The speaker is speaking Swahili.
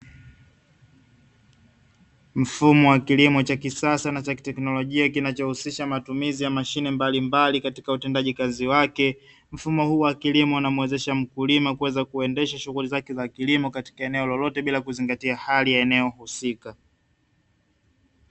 Mfumo wa kilimo cha kisasa na cha kiteknolojia kinachohusisha matumizi ya mashine mbalimbali katika utendaji kazi wake. Mfumo huu wa kilimo unamuwezesha mkulima kuweza kuendesha shughuli zake za kilimo katika eneo lolote bila kuzingatia hali ya eneo husika.